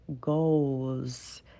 goals